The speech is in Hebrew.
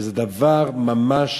שזה דבר שממש